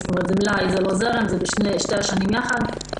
זה מלאי, זה לא זרם, זה בשתי השנים יחד.